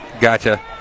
Gotcha